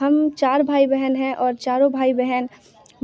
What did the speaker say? हम चार भाई बहन है और चारों भाई बहन